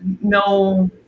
no